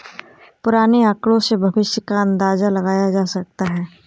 पुराने आकड़ों से भविष्य का अंदाजा लगाया जा सकता है